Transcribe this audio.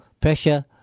pressure